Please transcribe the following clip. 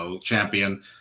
champion